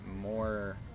more